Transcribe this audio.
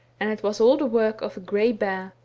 and it was all the work of a grey bear,